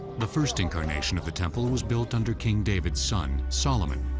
the first incarnation of the temple was built under king david's son, solomon,